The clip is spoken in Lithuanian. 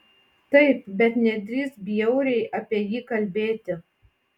taip bet nedrįsk bjauriai apie jį kalbėti